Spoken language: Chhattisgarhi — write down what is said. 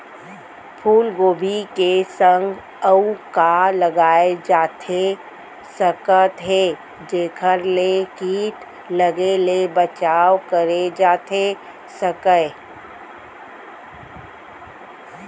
फूलगोभी के संग अऊ का लगाए जाथे सकत हे जेखर ले किट लगे ले बचाव करे जाथे सकय?